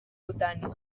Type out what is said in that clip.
cutània